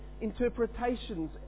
interpretations